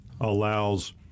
allows